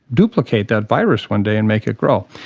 duplicate that virus one day and make it grow.